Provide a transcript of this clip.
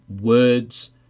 words